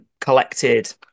collected